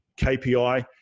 KPI